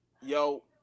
yo